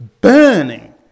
burning